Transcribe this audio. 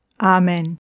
Amen